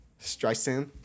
Streisand